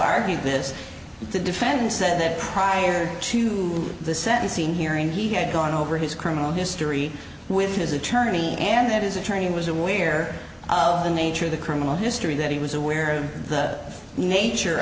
argued this the defendant said that prior to the sentencing hearing he had gone over his criminal history with his attorney and that his attorney was aware of the nature of the criminal history that he was aware of the nature